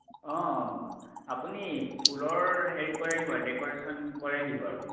অঁ আপুনি ফুলৰ হেৰি কৰেনি বাৰু ডেক'ৰেচন কৰেনি বাৰু